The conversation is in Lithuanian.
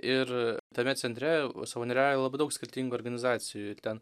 ir tame centre savanoriauja labai daug skirtingų organizacijų ten